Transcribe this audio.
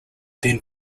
then